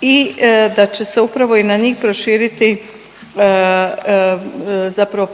i da će se upravo i na njih proširiti